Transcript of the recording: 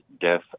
death